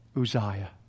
Uzziah